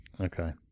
Okay